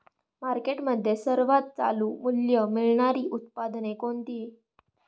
मार्केटमध्ये सर्वात चालू मूल्य मिळणारे उत्पादन कोणते?